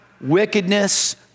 wickedness